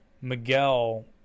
Miguel